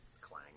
Clang